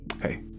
hey